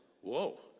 Whoa